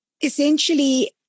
essentially